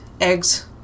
eggs